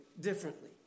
differently